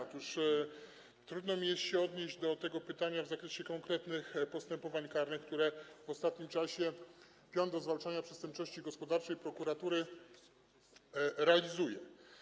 Otóż trudno jest mi się odnieść do tego pytania w zakresie konkretnych postępowań karnych, które w ostatnim czasie pion do spraw zwalczania przestępczości gospodarczej prokuratury realizuje.